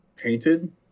Painted